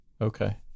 okay